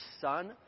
son